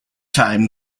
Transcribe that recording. time